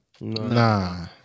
Nah